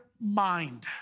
mind